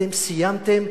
אתם סיימתם,